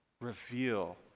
reveal